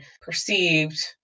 perceived